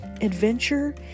adventure